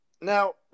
now